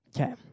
Okay